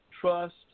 trust